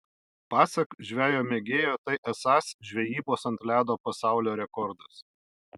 pasak žvejo mėgėjo tai esąs žvejybos ant ledo pasaulio rekordas